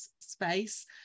space